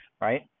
right